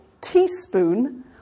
teaspoon